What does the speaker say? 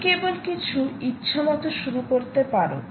তুমি কেবল কিছু ইচ্ছামত শুরু করতে পারো